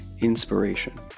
inspiration